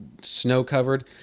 snow-covered